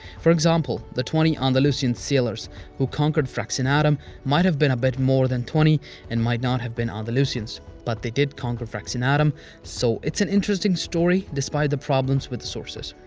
for example, the twenty andalusian sailors who conquered fraxinetum might have been a bit more than twenty and might not have been andalusians but they did conquer fraxinetum so it's an interesting story despite the problems with the sources.